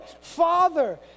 Father